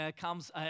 comes